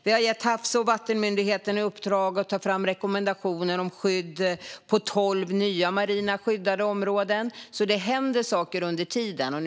Vi har gett Havs och vattenmyndigheten i uppdrag att ta fram rekommendationer för tolv nya marina skyddade områden, så det händer saker under tiden.